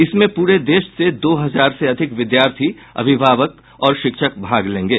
इसमें पूरे देश से दो हजार से अधिक विद्यार्थी अभिभावक और शिक्षक भाग लेंगे